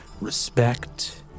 respect